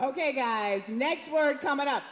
ok guys next word coming up